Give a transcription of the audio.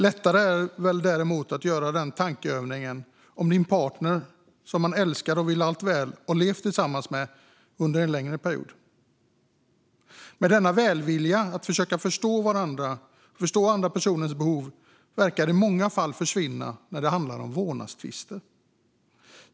Det är väl däremot lättare att göra tankeövningen om det gäller ens partner, som man älskar, vill allt väl och har levt tillsammans med under en längre period. Men denna vilja att försöka förstå den andra personens behov verkar i många fall försvinna när det handlar om vårdnadstvister.